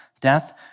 death